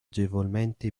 agevolmente